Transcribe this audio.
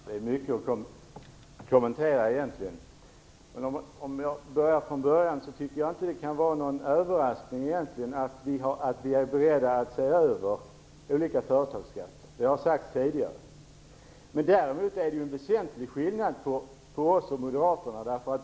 Fru talman! Det blev mycket att kommentera. Om jag börjar från början så tycker jag inte att det kan vara någon överraskning att vi är beredda att se över olika företagsskatter. Det har sagts tidigare. Däremot är det en väsentlig skillnad mellan oss och Moderaterna.